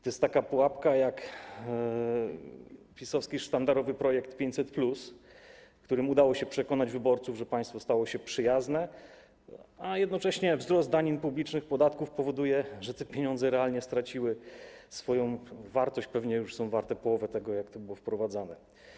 To jest taka pułapka jak PiS-owski sztandarowy projekt 500+, którym udało się przekonać wyborców, że państwo stało się przyjazne, a jednocześnie wzrost danin publicznych, podatków powoduje, że te pieniądze realnie straciły swoją wartość, pewnie już są warte połowę tego, co były warte, jak je wprowadzano.